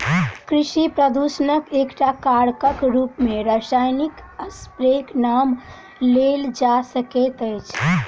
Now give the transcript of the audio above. कृषि प्रदूषणक एकटा कारकक रूप मे रासायनिक स्प्रेक नाम लेल जा सकैत अछि